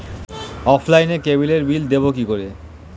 অফলাইনে ক্যাবলের বিল দেবো কি করে?